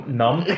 numb